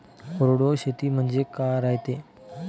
कोरडवाहू शेती म्हनजे का रायते?